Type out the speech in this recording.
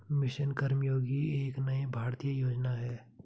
mission Karmayogi एक नई भारतीय योजना है